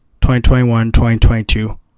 2021-2022